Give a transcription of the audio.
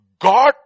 God